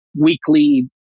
weekly